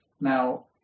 Now